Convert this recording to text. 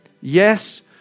Yes